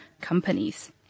companies